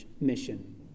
mission